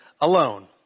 alone